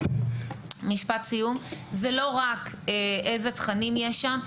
זה לא רק איזה תכנים יש שם,